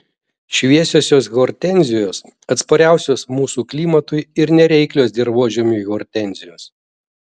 šviesiosios hortenzijos atspariausios mūsų klimatui ir nereiklios dirvožemiui hortenzijos